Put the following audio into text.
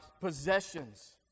possessions